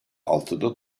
altıda